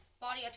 body